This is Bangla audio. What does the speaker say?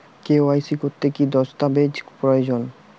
কে.ওয়াই.সি করতে কি দস্তাবেজ প্রয়োজন?